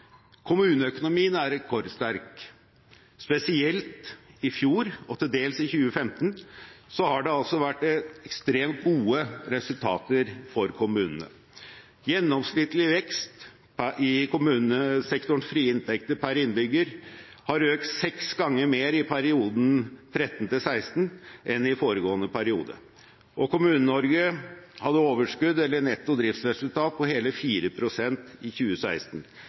Kommuneøkonomien er rekordsterk. Spesielt i fjor og til dels i 2015 har det vært ekstremt gode resultater for kommunene. Gjennomsnittlig vekst i kommunesektorens frie inntekter per innbygger har økt seks ganger mer i perioden 2013–2016 enn i foregående periode. Kommune-Norge hadde overskudd, eller nettodriftsresultat, på hele 4 pst. i 2016.